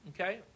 okay